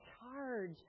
charge